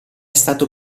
stato